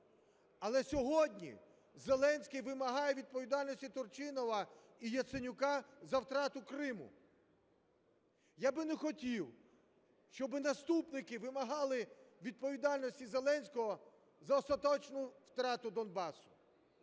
Але сьогодні Зеленський вимагає відповідальності Турчинова і Яценюка за втрату Криму. Я би не хотів, щоб наступники вимагали відповідальності Зеленського за остаточну втрату Донбасу.